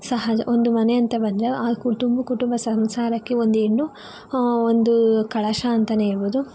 ಸಹಜ ಒಂದು ಮನೆಯಂತ ಬಂದರೆ ಆ ಕುಟುಂಬ ಕುಟುಂಬ ಸಂಸಾರಕ್ಕೆ ಒಂದು ಹೆಣ್ಣು ಒಂದು ಕಲಶ ಅಂತಲೇ ಹೇಳಬಹುದು